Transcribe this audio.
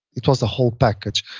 it was the whole package.